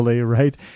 right